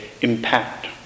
impact